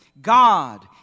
God